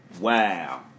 Wow